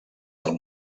del